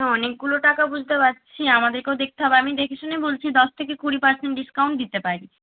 না অনেকগুলো টাকা বুঝতে পারছি আমাদেরকেও দেখতে হবে আমি দেখেশুনে বলছি দশ থেকে কুড়ি পার্সেন্ট ডিসকাউন্ট দিতে পারি